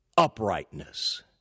uprightness